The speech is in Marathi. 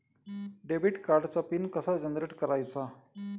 डेबिट कार्डचा पिन कसा जनरेट करायचा?